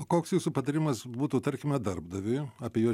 koks jūsų patarimas būtų tarkime darbdaviui apie juos